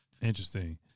Interesting